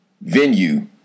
venue